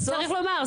צריך לומר,